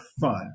fun